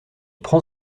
prend